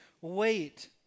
Wait